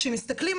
כשמסתכלים